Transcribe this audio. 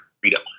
freedom